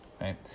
Right